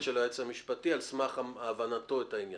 כל דבר אחר זו כבר תוספת של היועץ המשפטי על סמך הבנתו את העניין.